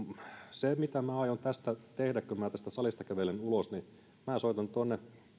mitä minä aion tehdä kun minä tästä salista kävelen ulos minä soitan tuonne